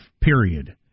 period